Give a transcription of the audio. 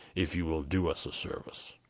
if you will do us a service.